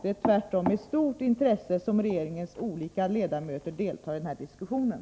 Det är tvärtom med stort intresse som regeringens olika ledamöter deltar i den här diskussionen.